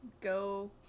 go